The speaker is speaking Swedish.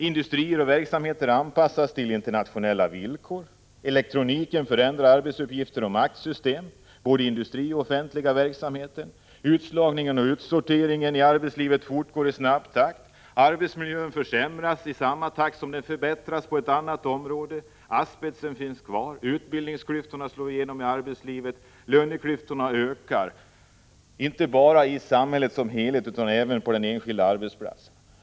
Industrier och verksamheter anpassas till internationella villkor, elektroniken förändrar arbetsuppgifter och maktsystem, både i industrin och i den offentliga verksamheten. Utslagningen och utsorteringen från arbetslivet fortgår i snabb takt, arbetsmiljön försämras på vissa områden i samma takt som den förbättras på andra, asbesten finns kvar, utbildningsklyftorna slår igenom i arbetslivet, löneklyftorna ökar, inte bara i samhället som helhet utan även på den enskilda arbetsplatsen.